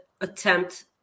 attempt